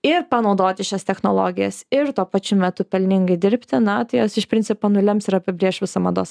ir panaudoti šias technologijas ir tuo pačiu metu pelningai dirbti na tai jos iš principo nulems ir apibrėš visą mados